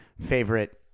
favorite